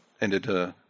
ended